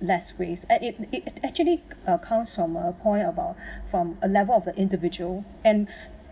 less waste at it it actually uh comes from a point about from a level of the individual and